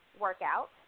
workout